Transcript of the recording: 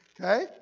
Okay